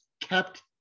kept